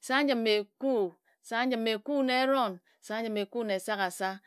esam nji eku esam njim eku na eron esam njim eku na esaghasa